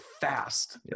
fast